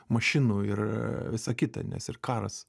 mašinų ir visa kita nes ir karas